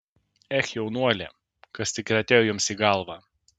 ech jaunuoli kas tik ir atėjo jums į galvą